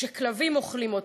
כשכלבים אוכלים אותם".